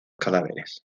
cadáveres